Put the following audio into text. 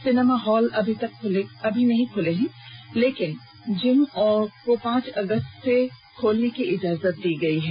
cinema hall अभी नहीं खूलेंगे लेकिन जिम को पांच अगस्त से खोलने की इजाजत दी गई है